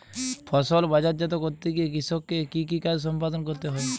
ফসল বাজারজাত করতে গিয়ে কৃষককে কি কি কাজ সম্পাদন করতে হয়?